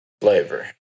Flavor